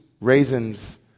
raisins